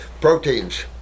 Proteins